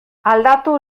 aldatu